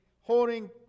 Holding